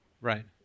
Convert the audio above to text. Right